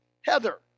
Heather